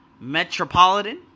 metropolitan